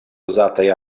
uzataj